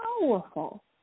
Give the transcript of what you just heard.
powerful